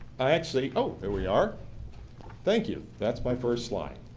i actually oh there we are thank you that's my first slide.